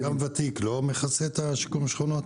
מרקם ותיק לא מכסה את שיקום השכונות?